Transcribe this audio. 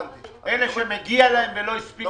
אלה שמגיע להם ולא הספיקו להגיש.